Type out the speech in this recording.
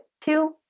two